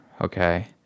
okay